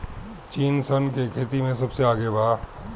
चीन सन के खेती में सबसे आगे बा